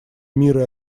мира